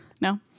No